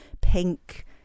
pink